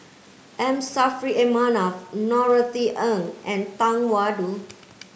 M Saffri A Manaf Norothy Ng and Tang Da Wu